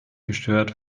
gestört